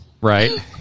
Right